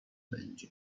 będzie